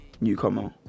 newcomer